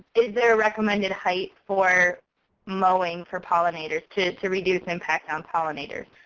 is there a recommended height for mowing for pollinators, to to reduce impact on pollinators?